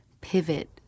pivot